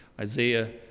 Isaiah